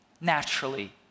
naturally